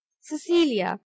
Cecilia